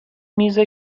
میز